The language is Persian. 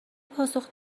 پاسخ